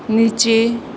نیچے